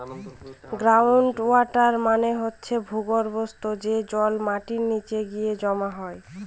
ground water মানে হচ্ছে ভূর্গভস্ত, যে জল মাটির নিচে গিয়ে জমা হয়